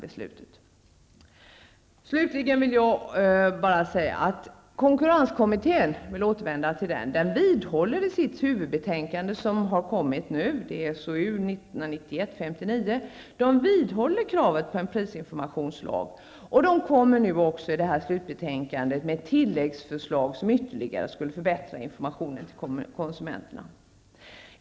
Jag vill också säga att konkurrenskommittén -- för att återvända till den -- i sitt huvudbetänkande , som har kommit nu, vidhåller kravet på en prisinformationslag. Den kommer i slutbetänkandet också med ett tilläggsförslag som ytterligare skulle förbättra informationen till konsumenterna.